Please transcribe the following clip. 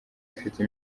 afite